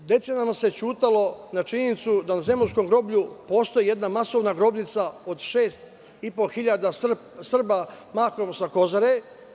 Decenijama se ćutalo na činjenicu da u Zemunskom groblju postoji jedna masovna grobnica od 6.500 Srba, mahom sa Kozare.